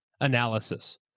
analysis